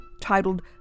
titled